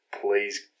please